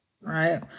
right